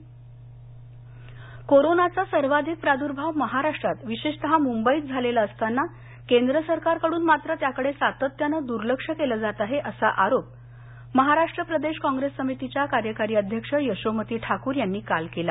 कॉंग्रेस अमरावती करोनाचा सर्वाधिक प्राद्भाव महाराष्ट्रात विशेषतः मुंबईत झालेला असताना केंद्र सरकारकडून मात्र त्याकडे सातत्याने दुर्लक्ष केले जात आहे असा आरोप महाराष्ट्र प्रदेश काँग्रेस समितीच्या कार्यकारी अध्यक्ष यशोमती ठाकूर यांनी काल केला